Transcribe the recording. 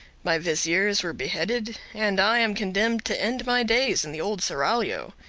my viziers were beheaded, and i am condemned to end my days in the old seraglio.